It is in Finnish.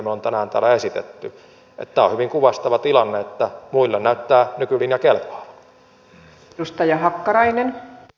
että tämä on hyvin kuvastava tilanne että muille näyttää nykylinja kelpaavan